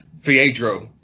Fiedro